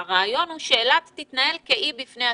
והרעיון הוא שאילת תתנהל כאי בפני עצמו.